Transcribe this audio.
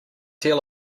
deal